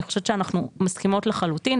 אני חושבת שאנחנו מסכימות לחלוטין,